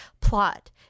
plot